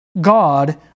God